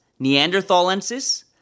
Neanderthalensis